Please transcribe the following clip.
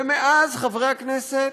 ומאז, חברי הכנסת,